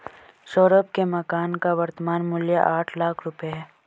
सौरभ के मकान का वर्तमान मूल्य आठ लाख रुपये है